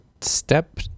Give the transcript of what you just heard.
step